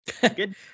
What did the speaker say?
Good